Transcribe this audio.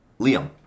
Liam